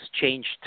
changed